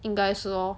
应该是咯